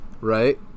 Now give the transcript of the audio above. right